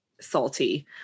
salty